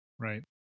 Right